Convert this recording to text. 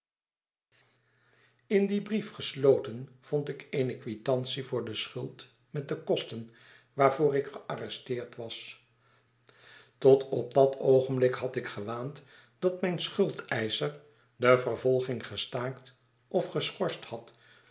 in dien brief gesloten vond ik eene quitantie voor de schuld met de kosten waarvoor ik gearresteerd was tot op dat oogenblik had ik gewaand dat mijn schuldeischer de vervolging gestaakt of geschorst had